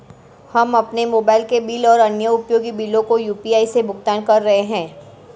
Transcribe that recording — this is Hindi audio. हम अपने मोबाइल के बिल और अन्य उपयोगी बिलों को यू.पी.आई से भुगतान कर रहे हैं